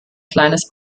kleines